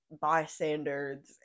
bystanders